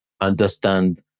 understand